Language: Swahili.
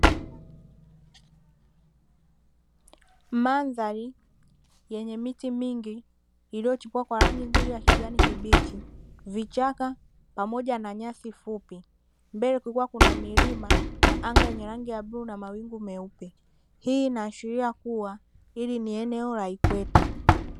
Mandhari yenye miti mingi iliyochipua kwa rangi nzuri ya kijani kibichi, vichaka pamoja na nyasi fupi mbele kukiwa kuna milima na anga yenye rangi ya bluu na mawingu meupe; hii inaashiria kuwa hili ni eneo la ikweta.